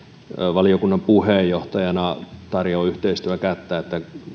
valiokunnan puheenjohtajana tarjoan yhteistyön kättä